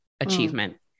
achievement